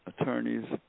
attorneys